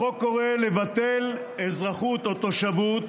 החוק קורא לבטל אזרחות או תושבות